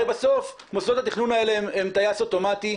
הרי בסוף מוסדות התכנון האלה הם טייס אוטומטי,